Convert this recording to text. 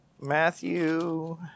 Matthew